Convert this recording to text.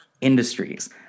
Industries